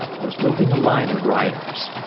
was moving a line of riders.